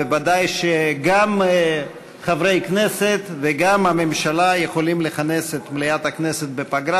ודאי שגם חברי הכנסת וגם הממשלה יכולים לכנס את מליאת הכנסת בפגרה,